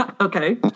Okay